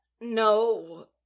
No